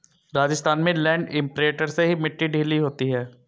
राजस्थान में land imprinter से ही मिट्टी ढीली होती है